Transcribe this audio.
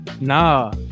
nah